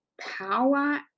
power